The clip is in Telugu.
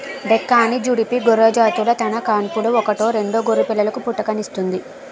డెక్కాని, జుడిపి గొర్రెజాతులు తన కాన్పులో ఒకటో రెండో గొర్రెపిల్లలకు పుట్టుకనిస్తుంది